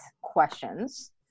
questions